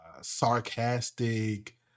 sarcastic